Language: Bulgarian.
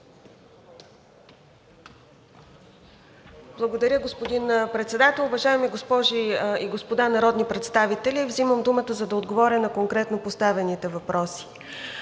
Благодаря, господин Председател. Уважаеми госпожи и господа народни представители! Взимам думата, за да отговоря на конкретно поставените въпроси.